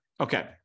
Okay